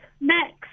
next